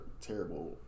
terrible